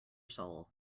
soul